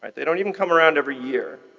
they don't even come around every year.